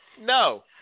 No